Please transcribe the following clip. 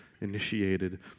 initiated